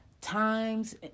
times